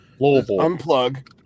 unplug